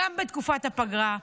גם לא בתקופת הפגרה,